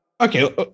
Okay